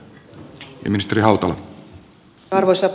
arvoisa puhemies